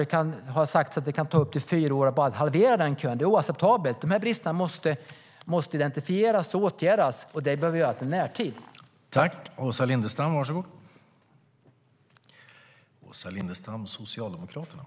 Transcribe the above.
Det har sagts att det kan ta upp till fyra år att bara halvera den kön. Det är oacceptabelt. Dessa brister måste identifieras och åtgärdas, och det behöver göras i närtid.